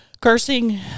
cursing